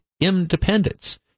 independence